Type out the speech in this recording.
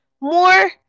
more